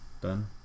done